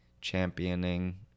championing